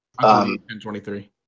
1023